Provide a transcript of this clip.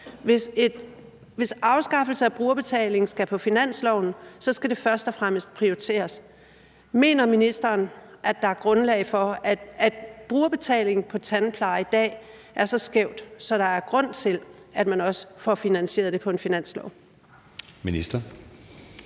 Hvis afskaffelse af brugerbetaling skal på finansloven, skal det først og fremmest prioriteres. Mener ministeren, at brugerbetaling på tandpleje i dag rammer så skævt, at der er grund til, at man også får finansieret det på en finanslov? Kl.